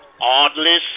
oddly